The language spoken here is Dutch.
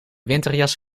winterjas